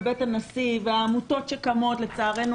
בית הנשיא והעמותות שקמות לצערנו,